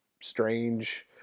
strange